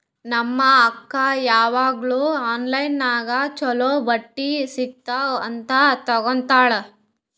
ನಮ್ ಅಕ್ಕಾ ಯಾವಾಗ್ನೂ ಆನ್ಲೈನ್ ನಾಗೆ ಛಲೋ ಬಟ್ಟಿ ಸಿಗ್ತಾವ್ ಅಂತ್ ತಗೋತ್ತಾಳ್